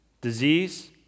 Disease